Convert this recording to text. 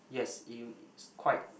yes you it's quite